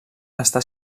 està